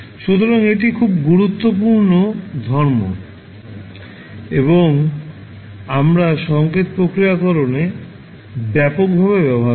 সুতরাং এটি খুব গুরুত্বপূর্ণ ধর্ম এবং আমরা সংকেত প্রক্রিয়াকরণে ব্যাপকভাবে ব্যবহার করি